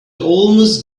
almost